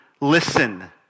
listen